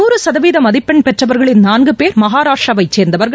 நூறு சதவீத மதிப்பெண் பெற்றவர்களில் நான்கு பேர் மகாராஷ்ட்ராவை சேர்ந்தவர்கள்